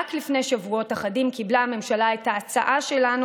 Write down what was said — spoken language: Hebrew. רק לפני שבועות אחדים קיבלה הממשלה את ההצעה שלנו,